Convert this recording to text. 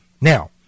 Now